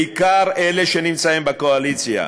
בעיקר אלה שנמצאים בקואליציה,